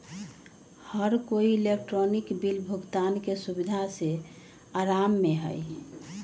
हर कोई electronic bill भुगतान के सुविधा से आराम में हई